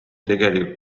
tegelikult